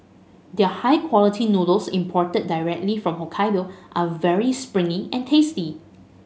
their high quality noodles imported directly from Hokkaido are very springy and tasty